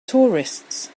tourists